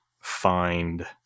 find